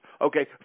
okay